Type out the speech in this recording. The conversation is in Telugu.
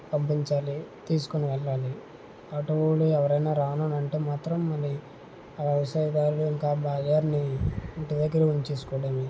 పంపించాలి తీసుకుని వెళ్ళాలి ఆటోవాళ్ళు ఎవరైనా రాను అంటే మాత్రం మళ్ళీ ఆ వ్యవసాయదారుడు ఇంకా ఆ ధాన్యాన్ని ఇంటి దగ్గరే ఉంచేసుకోవడమే